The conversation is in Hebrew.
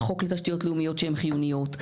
חוק לתשתיות לאומיות שהן חיוניות,